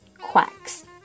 Quacks